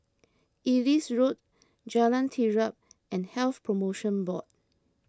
Ellis Road Jalan Terap and Health Promotion Board